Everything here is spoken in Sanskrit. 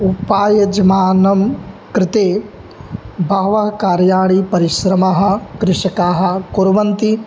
उपायजमानं कृते बहवः कार्याणि परिश्रमाः कृषकाः कुर्वन्ति